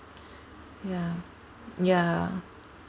ya ya